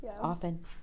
Often